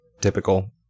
typical